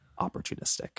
opportunistic